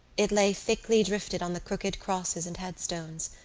it lay thickly drifted on the crooked crosses and headstones,